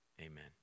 amen